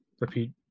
repeat